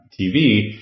TV